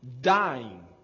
dying